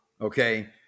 okay